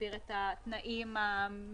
תסביר את התנאים המקצועיים.